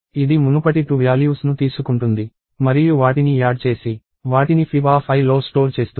ఇది మునుపటి 2 వ్యాల్యూస్ ను తీసుకుంటుంది మరియు వాటిని యాడ్ చేసి వాటిని fibiలో స్టోర్ చేస్తుంది